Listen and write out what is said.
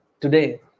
today